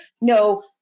no